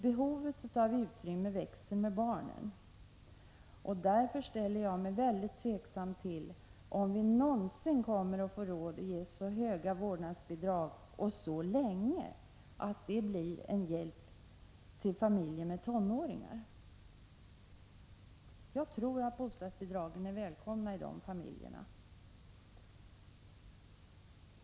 Behovet av utrymme växer med barnen, och därför ställer jag mig mycket tvivlande till att vi någonsin kommer att få råd att ge så höga vårdnadsbidrag och under så lång tid att det blir en hjälp för familjer med tonåringar. Jag tror att bostadsbidragen är välkomna i de familjerna.